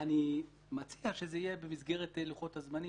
אלה מבחינתנו דברי הפתיחה.